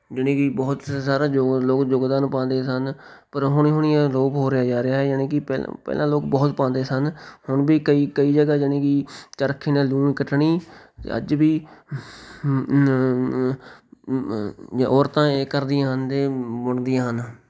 ਯਾਨੀ ਕਿ ਬਹੁਤ ਸਾਰਾ ਯੋਗ ਲੋਕ ਯੋਗਦਾਨ ਪਾਉਂਦੇ ਸਨ ਪਰ ਹੋਣੀ ਹੋਣੀ ਇਹ ਅਲੋਪ ਹੋ ਰਿਹਾ ਜਾ ਰਿਹਾ ਹੈ ਯਾਨੀ ਕਿ ਪਹਿਲਾਂ ਪਹਿਲਾਂ ਲੋਕ ਬਹੁਤ ਪਾਉਂਦੇ ਸਨ ਹੁਣ ਵੀ ਕਈ ਕਈ ਜਗ੍ਹਾ ਯਾਨੀ ਕਿ ਚਰਖੇ ਨਾਲ ਰੂਈ ਕੱਤਣੀ ਅੱਜ ਵੀ ਔਰਤਾਂ ਇਹ ਕਰਦੀਆਂ ਹਨ ਅਤੇ ਬੁਣਦੀਆਂ ਹਨ